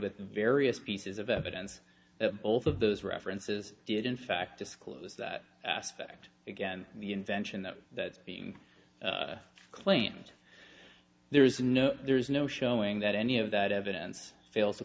with various pieces of evidence both of those references it in fact disclose that aspect again the invention that that being claimed there is no there is no showing that any of that evidence fails to